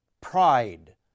pride